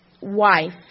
wife